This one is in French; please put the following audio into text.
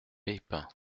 peipin